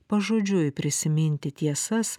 pažodžiui prisiminti tiesas